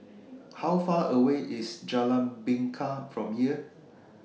How Far away IS Jalan Bingka from here